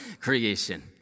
creation